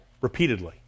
repeatedly